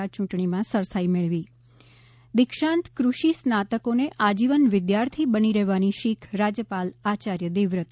યૂંટણીમાં સરસાઈ મેળવી દીક્ષાંત કૃષિ સ્નાતકોને આજીવન વિદ્યાર્થી બની રહેવાની શીખ રાજયપાલ આચાર્ય દેવવ્રતે